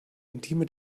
intime